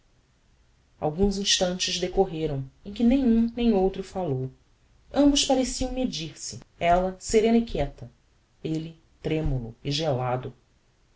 alguns instantes decorreram em que nem um nem outro falou ambos pareciam medir se ella serena e quieta elle tremulo e gelado